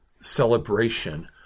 celebration